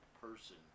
person